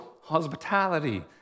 hospitality